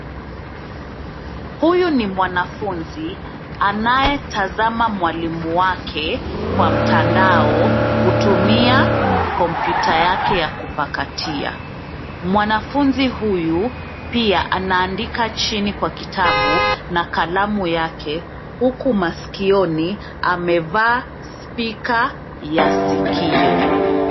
Huyu ni mwanafunzi anayetazama mwalimu wake kwa mtandao kutumia kompyuta yake ya kupakatia. Mwanafunzi huyu pia anaandika chini kwa kitabu na kalamu yake huku masikioni amevaa spika ya sikio.